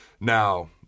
Now